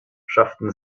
schafften